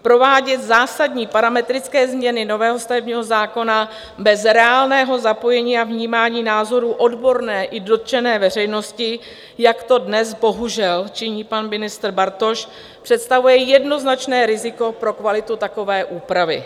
Provádět zásadní parametrické změny nového stavebního zákona bez reálného zapojení a vnímání názorů odborné i dotčené veřejnosti, jak to dnes bohužel činí pan ministr Bartoš, představuje jednoznačné riziko pro kvalitu takové úpravy.